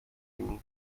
ihm